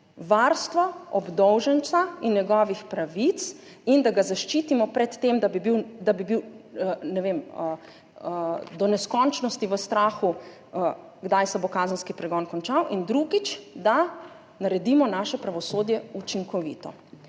varstvo obdolženca in njegovih pravic in da ga zaščitimo pred tem, da bi bil, ne vem, do neskončnosti v strahu, kdaj se bo kazenski pregon končal, in drugič, da naredimo naše pravosodje učinkovito.